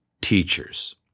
teachers